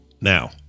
Now